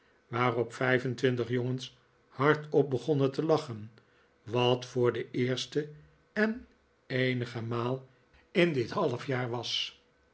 waarop vijf en twintig jongens hardop begonnen te lachen wat voor de eerste en eenige maal in dit half jaar was